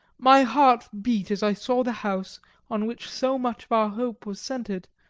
my heart beat as i saw the house on which so much of our hope was centred,